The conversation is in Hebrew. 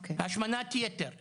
השמנת היתר --- אוקיי.